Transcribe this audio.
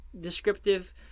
descriptive